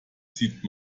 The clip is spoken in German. sieht